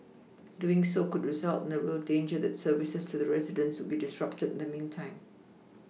doing so could result in a real danger that services to the residents would be disrupted in the meantime